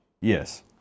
Yes